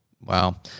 Wow